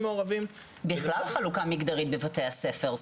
מעורבים- -- בכלל חלוקה מגדרית בבתי ספר,